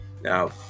now